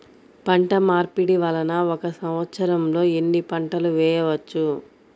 పంటమార్పిడి వలన ఒక్క సంవత్సరంలో ఎన్ని పంటలు వేయవచ్చు?